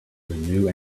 new